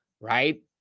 right